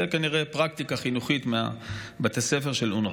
זו כנראה פרקטיקה חינוכית מבתי הספר של אונר"א.